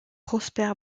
prosper